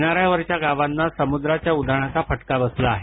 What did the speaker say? किनाऱ्यावरच्या गावांना समुद्राच्या उधाणाचा फटका बसला आहे